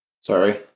Sorry